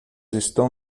estão